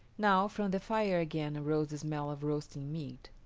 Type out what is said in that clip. now from the fire again arose the smell of roasting meat.